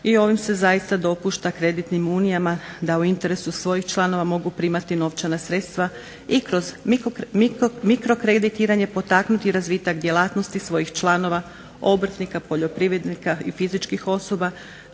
i ovim se zaista dopušta kreditnim unijama da u interesu svojih članova mogu primati novčana sredstva i kroz mikrokreditiranje potaknuti razvitak djelatnosti svojih članova obrtnika, poljoprivrednika i fizičkih osoba